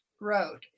road